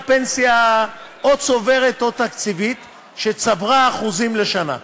פנסיה צוברת או תקציבית שצברה אחוזים לשנה,